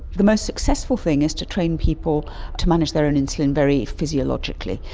the most successful thing is to train people to manage their own insulin very physiologically,